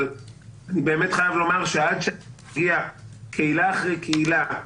אבל עד שהגיעה קהילה אחרי קהילה,